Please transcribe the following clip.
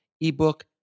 ebook